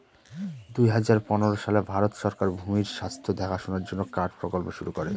দুই হাজার পনেরো সালে ভারত সরকার ভূমির স্বাস্থ্য দেখাশোনার জন্য কার্ড প্রকল্প শুরু করে